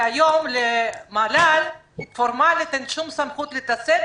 שהיום למל"ל פורמלית אין שום סמכות להתעסק